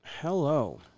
Hello